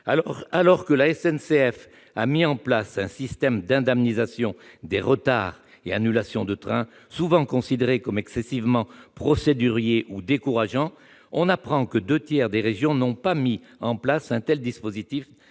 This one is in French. Alors que la SNCF a mis en place un système d'indemnisation des retards et annulations de trains souvent considéré comme excessivement procédurier ou décourageant, on apprend que deux tiers des régions n'ont pas mis en place un tel dispositif